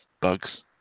bugs